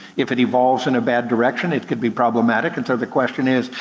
if it evolves in a bad direction, it could be problematic. and so the question is,